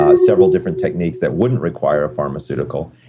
ah several different techniques that wouldn't require a pharmaceutical.